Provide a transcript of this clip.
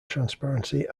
transparency